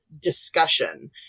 discussion